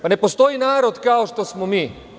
Ne postoji narod kao što smo mi.